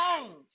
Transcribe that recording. change